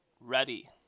ready